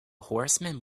horseman